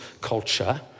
culture